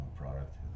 Product